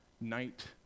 night